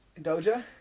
Doja